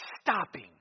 Stopping